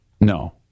No